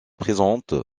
présente